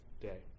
day